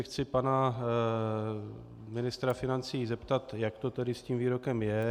Chci se pana ministra financí zeptat, jak to tedy s tím výrokem je.